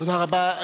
תודה רבה.